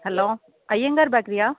hello Iyengar பேக்கரியா